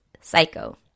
Psycho